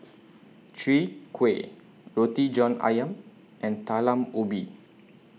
Chwee Kueh Roti John Ayam and Talam Ubi